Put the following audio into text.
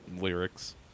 lyrics